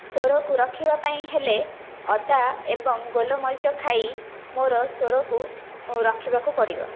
ସ୍ୱରକୁ ରଖିବା ପାଇଁ ହେଲେ ଅଦା ଏବଂ ଗୋଲମରିଚ ଖାଇ ମୋର ସ୍ୱରକୁ ରଖିବାକୁ ପଡ଼ିବ